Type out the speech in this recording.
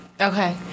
Okay